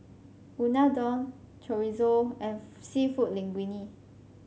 Unadon Chorizo and seafood Linguine